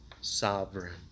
sovereign